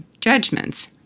judgments